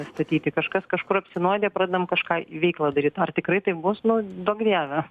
statyti kažkas kažkur apsinuodija pradedam kažką veiklą daryt ar tikrai taip bus nu duok dieve